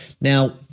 Now